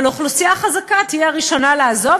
אבל האוכלוסייה החזקה תהיה הראשונה לעזוב,